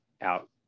out